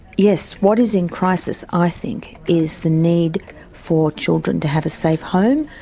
yes, what is in crisis, i think, is the need for children to have a safe home.